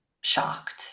shocked